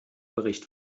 bericht